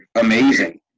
amazing